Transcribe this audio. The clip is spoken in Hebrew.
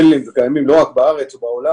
במודלים שקיימים לא רק בארץ או בעולם,